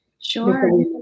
Sure